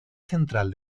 central